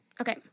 okay